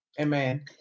Amen